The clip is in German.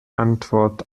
antwort